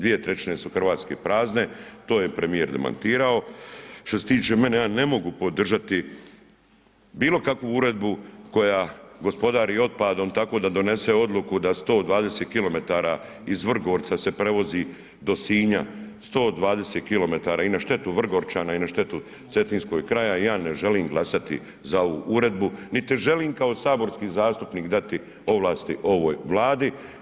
2/3 su Hrvatske prazne, to je premijer demantirao, što se tiče mene, ja ne mogu podržati bilokakvu uredbu koja gospodari otpadom tako da donese odluku da se to 20 km iz Vrgorca se prevozi do Sinja, 120 km i na štetu Vrgorčana i na štetu cetinskog kraja, ja ne želim glasati za ovu uredbu niti želim kao saborski zastupnik dati ovlasti ovoj Vladi.